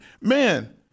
Man